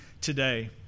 today